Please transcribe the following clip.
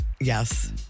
Yes